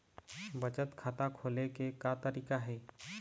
बचत खाता खोले के का तरीका हे?